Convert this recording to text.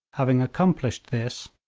having accomplished this,